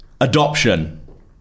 adoption